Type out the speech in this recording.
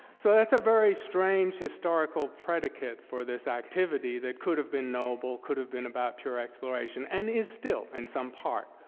so that's a very strange historical predicate for this activity that could've been noble, could've been about pure exploration, and is still in some part.